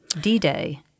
D-Day